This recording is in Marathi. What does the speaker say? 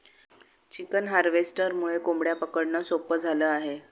चिकन हार्वेस्टरमुळे कोंबड्या पकडणं सोपं झालं आहे